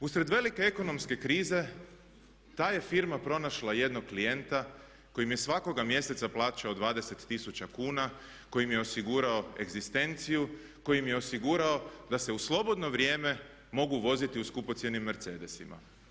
Usred velike ekonomske krize ta je firma pronašla jednog klijente koji im je svakoga mjeseca plaćao 20 tisuća kuna, koji im je osigurao egzistenciju, koji im je osigurao da se u slobodno vrijeme mogu voziti u skupocjenim mercedesima.